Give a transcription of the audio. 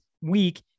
week